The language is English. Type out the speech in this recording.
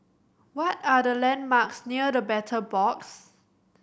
what are the landmarks near The Battle Box